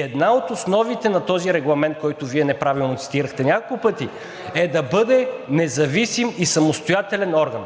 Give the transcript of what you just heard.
Една от основите на този регламент, който Вие неправилно цитирахте няколко пъти, е да бъде независим и самостоятелен орган.